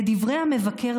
לדברי המבקר,